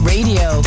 Radio